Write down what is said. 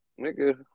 nigga